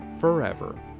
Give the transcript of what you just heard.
forever